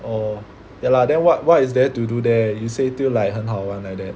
orh ya lah then what what is there to do there you say till like 很好玩 like that